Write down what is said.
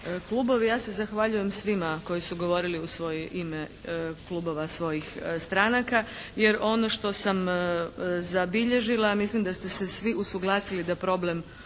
klubovi. Ja se zahvaljujem svima koji su govorili u svoje ime klubova svojih stranaka, jer ono što sam zabilježila a mislim da ste se svi usaglasili da problem